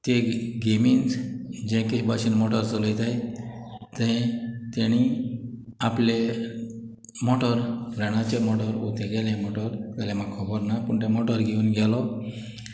ते गेमीन जे किदें भाशेन मोटोर चोलोयताय तें तेंणी आपलें मोटोर फ्रेंणाचें मोटोर वो तेगेलें मोटोर जाल्यार म्हाका होबोर ना पूण तें मोटोर घेवून गेलो